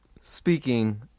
Speaking